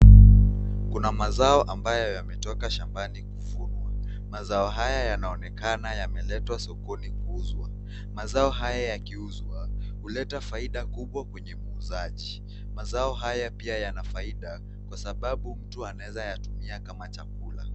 Kuna mazao ambayo yametoka shambani kuuzwa. Mazao haya yanaonekana yameletwa sokoni kuuzwa, mazao haya yakiuzwa huleta faida kubwa kwenye muuzaji mazao haya pia yana faida kwa sababu mtu anaweza yatumia kama chakula.